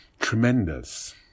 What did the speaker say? tremendous